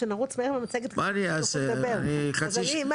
ושנרוץ מהר במצגת ותאפשר לי לדבר.